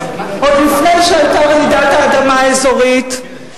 עוד לפני שהיתה רעידת האדמה האזורית,